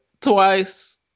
twice